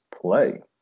play